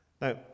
Now